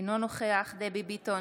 אינו נוכח דבי ביטון,